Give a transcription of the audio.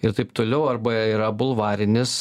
ir taip toliau arba yra bulvarinis